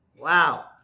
Wow